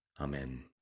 Amen